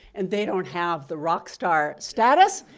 and they don't have the rock star status,